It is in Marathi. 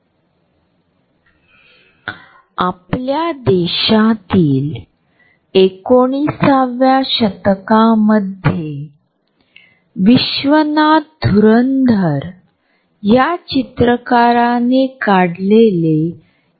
दैनंदिन जीवनात आपण इतर लोकांशी विशिष्ट अंतर राखत असतो आणि म्हणूनच आपण आपले दृष्टीकोन आणि भावना यांचा देखील संवाद साधतो